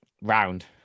round